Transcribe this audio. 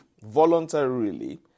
voluntarily